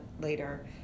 later